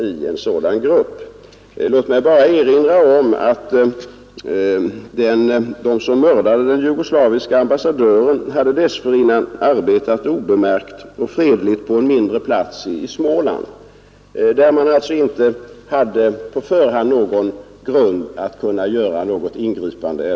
Jag vill erinra om att de som mördade den jugoslaviske ambassadören dessförinnan hade arbetat obemärkt och fredligt på en mindre plats i Småland. Man hade alltså inte på förhand någon grund för misstänkliggörande eller ingripande.